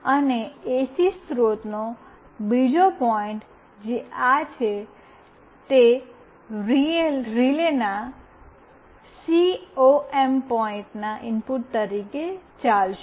અને એસી સ્રોતનો બીજો પોઇન્ટ જે આ છે તે આ રિલેના સીઓએમ પોઇન્ટના ઇનપુટ તરીકે ચાલશે